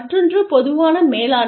மற்றொன்று பொதுவான மேலாண்மை